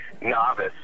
novice